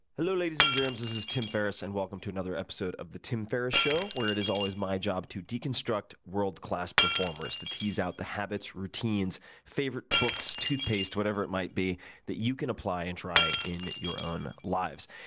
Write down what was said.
hello ladies and germs, this is tim ferriss and welcome to another episode of the tim ferriss show where it is always my job to deconstruct world class performers, to tease out the habits, routines favorite books, toothpaste, whatever it might be that you could apply and try in your own lives.